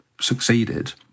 succeeded